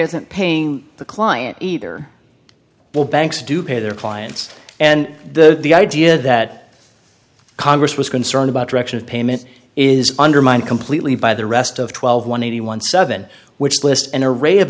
isn't paying the client either banks do pay their clients and the the idea that congress was concerned about direction of payment is undermined completely by the rest of twelve one hundred one seven which lists an a ra